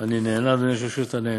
אני נהנה, אדוני היושב-ראש, שאתה נהנה.